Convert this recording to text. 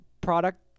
product